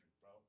bro